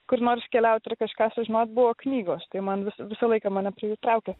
kur nors keliaut ir kažką sužinot buvo knygos tai man vis visą laiką mane traukė